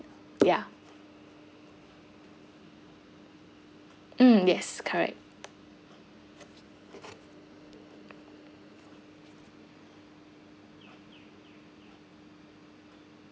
ya mm yes correct